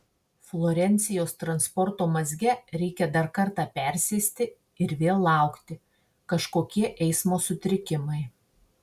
florencijos transporto mazge reikia dar kartą persėsti ir vėl laukti kažkokie eismo sutrikimai